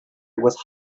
was